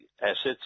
assets